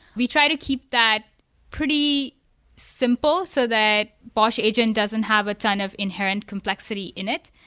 we try to keep that pretty simple so that bosh agent doesn't have a ton of inherent complexity in it.